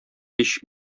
һич